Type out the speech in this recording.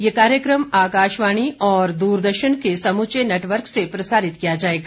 यह कार्यक्रम आकाशवाणी और दूरदर्शन के समूचे नेटवर्क से प्रसारित किया जाएगा